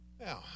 Now